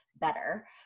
better